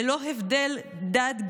ללא הבדלי דת,